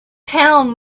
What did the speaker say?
town